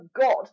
God